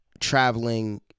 traveling